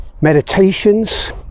meditations